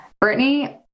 Brittany